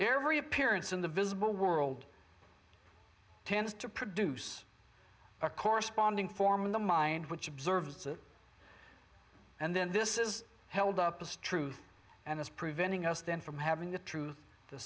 every appearance in the visible world tends to produce a corresponding form in the mind which observes it and then this is held up as truth and as preventing us then from having the truth the